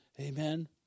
Amen